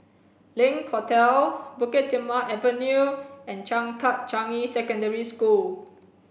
Link Hotel Bukit Timah Avenue and Changkat Changi Secondary School